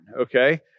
okay